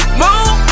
move